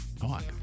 talk